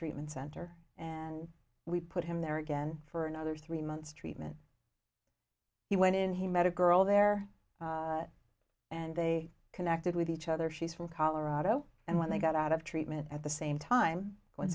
treatment center and we put him there again for another three months treatment he went in he met a girl there and they connected with each other she's from colorado and when they got out of treatment at the same time when